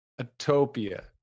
Atopia